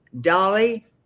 Dolly